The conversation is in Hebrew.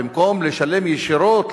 במקום לשלם ישירות,